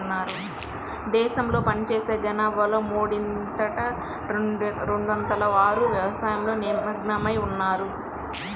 దేశంలో పనిచేసే జనాభాలో మూడింట రెండొంతుల వారు వ్యవసాయంలో నిమగ్నమై ఉన్నారు